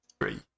Three